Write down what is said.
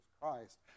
Christ